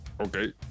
Okay